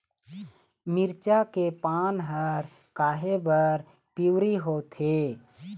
मिरचा के पान हर काहे बर पिवरी होवथे?